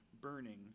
burning